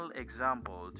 example